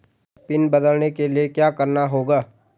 Pin बदलने के लिए क्या करना होगा?